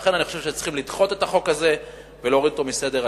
לכן אני חושב שצריך לדחות את החוק הזה ולהוריד אותו מסדר-היום.